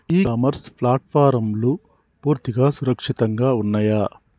ఇ commerce ప్లాట్ఫారమ్లు పూర్తిగా సురక్షితంగా ఉన్నయా?